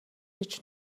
гэж